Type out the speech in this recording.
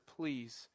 please